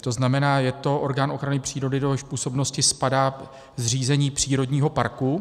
To znamená, je to orgán ochrany přírody, do jehož působnosti spadá zřízení přírodního parku.